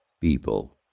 People